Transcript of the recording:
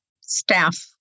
staff